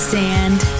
sand